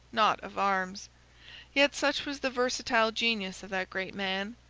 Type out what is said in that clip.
not of arms yet such was the versatile genius of that great man,